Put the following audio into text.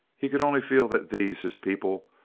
he could only feel that these, his people,